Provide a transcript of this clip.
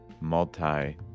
multi